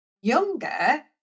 younger